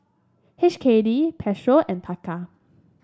H K D Peso and Taka